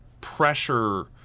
pressure